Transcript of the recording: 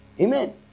amen